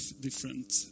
different